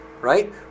Right